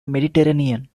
mediterranean